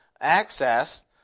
access